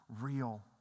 real